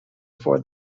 for